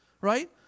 right